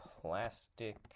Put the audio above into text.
plastic